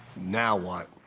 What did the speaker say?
now what?